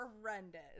horrendous